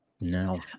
no